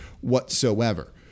whatsoever